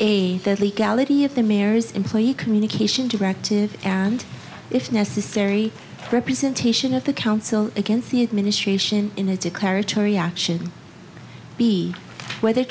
a the legality of the mare's employee communication directive and if necessary representation of the council against the administration in a declaratory action be whether